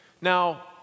Now